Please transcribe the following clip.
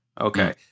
okay